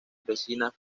vecinas